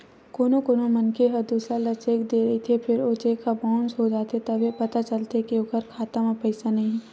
कोनो कोनो मनखे ह दूसर ल चेक दे रहिथे फेर ओ चेक ह बाउंस हो जाथे तभे पता चलथे के ओखर खाता म पइसा नइ हे